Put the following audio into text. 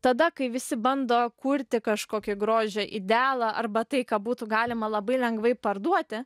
tada kai visi bando kurti kažkokį grožio idealą arba tai ką būtų galima labai lengvai parduoti